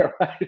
right